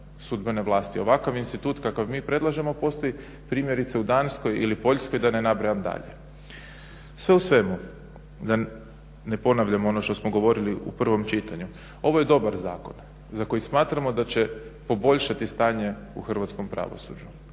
sudbene vlasti, ovakav institut kakav mi predlažemo postoji primjerice u Danskoj, ili Poljskoj da ne nabrajam dalje. Sve u svemu, da ne ponavljamo ono što smo govorili u prvom čitanju, ovo je dobar zakon za koji smatramo da će poboljšati stanje u hrvatskom pravosuđu,